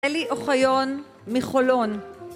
אלי אוחיון מחולון